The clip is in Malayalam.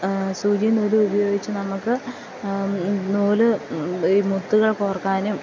സൂചിയും നൂലും ഉപയോഗിച്ച് നമുക്ക് നൂല് ഈ മുത്തുകൾ കോർക്കാനും